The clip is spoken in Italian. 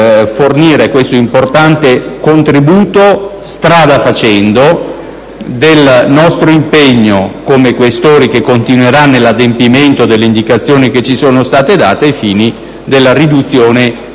fornire questo importante contributo al nostro impegno come senatori Questori, che continuerà nell'adempimento delle indicazioni che ci sono state date ai fini della riduzione dei